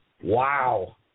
Wow